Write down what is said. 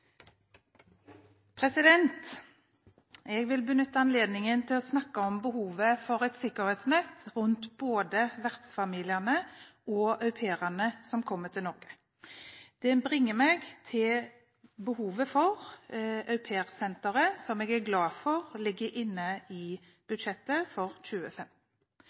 Jeg vil benytte anledningen til å snakke om behovet for et sikkerhetsnett rundt både vertsfamiliene og au pairene som kommer til Norge. Det bringer meg til behovet for aupairsenteret, som jeg er glad for ligger inne i budsjettet for